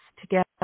together